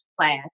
class